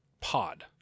pod